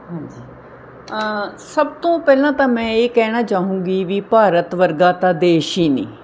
ਹਾਂਜੀ ਸਭ ਤੋਂ ਪਹਿਲਾਂ ਤਾਂ ਮੈਂ ਇਹ ਕਹਿਣਾ ਚਾਹੂੰਗੀ ਵੀ ਭਾਰਤ ਵਰਗਾ ਤਾਂ ਦੇਸ਼ ਹੀ ਨਹੀਂ